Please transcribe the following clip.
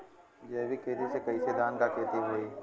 जैविक खेती से कईसे धान क खेती होई?